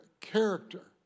character